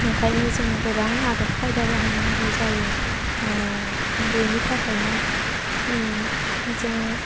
ओंखायनो जों गोबां आदब खायदा बाहायनांगौ जायो बेनि थाखायनो जों